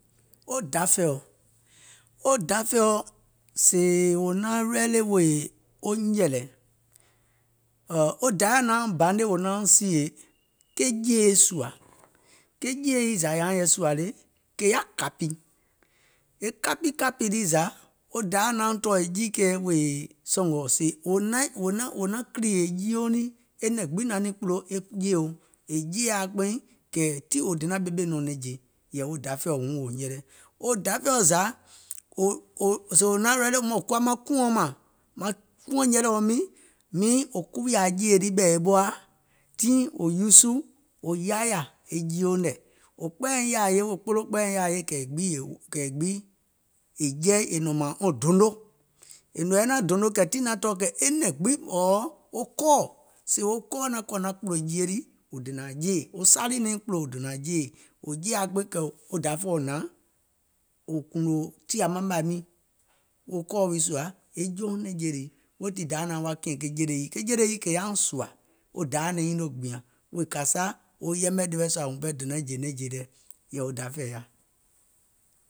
Wo dafɛ̀ɛ̀, wo dafɛ̀ɛ̀ɔ sèè wò naŋ ready wèè wo nyɛ̀lɛ̀, wo Dayà nauŋ banè wo nauŋ sìè ke jèì sùȧ, ke jèì yii zȧ yȧauŋ yɛi sùȧ le, kè yaȧ kȧpì. E kapikȧpì lii zȧ, wo Dayà nauŋ tɔ̀ɔ̀ e jiikɛ̀ɛ wèè, sɔ̀ngɔ̀ sèè wò naŋ kìlìè jiuŋ nii, e nɛ̀ŋ gbiŋ naŋ niŋ kpùlò e jeèo, è jeeyȧa kpeiŋ kɛ̀ tiŋ wò donȧŋ ɓemɛ̀ e nɔ̀ŋ nɛ̀ŋje, yɛ̀ì wo dafɛ̀ɛ̀ɔ wuŋ wò nyɛlɛ. Wo dafɛ̀ɛ̀ɔ zȧ ò ò sèè wo naȧŋ ready wò kuwa maŋ kuȧuŋ mȧŋ, maŋ kuȧŋ nyɛlɛ̀ɛ̀uŋ miiŋ miŋ wò kuwiȧ e jèì ɓɛ̀ɛ̀ ɓoa, tiŋ wò uusù wò yaayȧ e jieuŋ nɛ̀, wò kpɛɛyɛ̀iŋ yȧȧye wèè kpoloo wo kpɛɛyɛ̀iŋ yȧȧye kɛ̀ e gbiŋ è jɛi è nɔ̀ŋ mààŋ wɔŋ dono. È nɔ̀ŋ yɛi naȧŋ dono tii naŋ tɔɔ̀ kɛ̀ e nɛ̀ŋ gbiŋ ɔ̀ɔ̀ wo kɔɔ̀, sèè wo kɔɔ̀ naŋ kɔ̀ naŋ kpùlò jie lii wò dònȧȧŋ jeè wo salì naŋ kpùlò wò dònȧȧŋ jeè, wò jeeȧa kpeiŋ kɛ̀ wo dafɛ̀ɛ̀ wò hnȧŋ wò kùùnò tìà maŋ màì miiŋ wo kɔɔ̀ wii sùȧ e jouŋ nɛ̀ŋje le, weètii wo Dayȧ nauŋ kìɛ̀ŋ ke jèle yii, ke jèle yii kè yȧauŋ sùȧ wo Dayȧ naŋ nyiŋ noo gbiɛ̀ŋ wèè kȧìsa wo yɛmɛ̀ ɗewɛɛ̀ sɔa wuŋ pɛɛ donȧŋ jè nɛ̀ŋje lɛ̀, yɛ̀ì dafɛ̀ɛ̀ yaȧ.